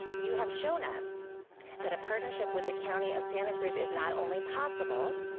you have shown us that a partnership with the county of santa cruz is not only possible,